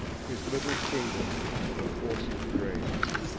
his little kingdom of a forced grave.